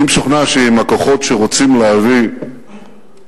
אני משוכנע שעם הכוחות שרוצים להביא שינוי